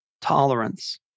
tolerance